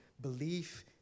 belief